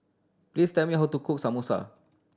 please tell me how to cook Samosa